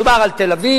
מדובר על תל-אביב,